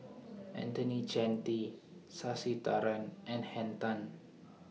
Anthony Chen T Sasitharan and Henn Tan